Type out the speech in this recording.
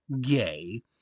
Gay